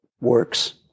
works